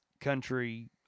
country